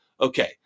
Okay